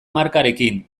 markarekin